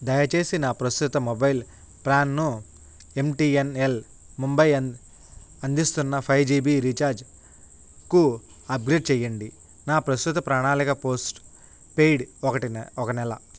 దయచేసి నా పస్తుత మొబైల్ ప్లాన్ను ఎంటీఎన్ఎల్ ముంబై అంద్ అందిస్తున్న ఫైవ్ జిబి రీఛార్జ్కు అప్గ్రేడ్ చెయ్యండి నా ప్రస్తుత ప్రణాళిక పోస్ట్పెయిడ్ ఒకటి నె ఒక నెల